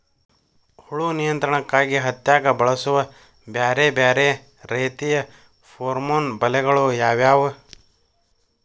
ಹುಳು ನಿಯಂತ್ರಣಕ್ಕಾಗಿ ಹತ್ತ್ಯಾಗ್ ಬಳಸುವ ಬ್ಯಾರೆ ಬ್ಯಾರೆ ರೇತಿಯ ಪೋರ್ಮನ್ ಬಲೆಗಳು ಯಾವ್ಯಾವ್?